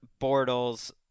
Bortles